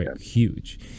huge